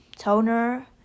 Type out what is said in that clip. toner